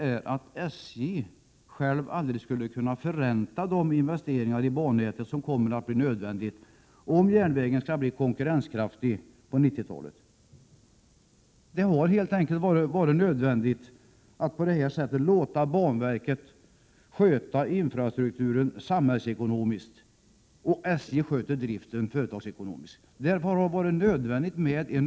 — är att SJ självt aldrig skulle kunna förränta de investeringar i bannätet som kommer att bli nödvändiga om järnvägen skall bli konkurrenskraftig på 1990-talet. Det har helt enkelt varit nödvändigt att på det här sättet låta banverket sköta infrastrukturen samhällsekonomiskt och SJ sköta driften företagsekonomiskt. En uppdelning har varit nödvändig!